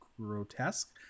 grotesque